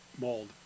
mold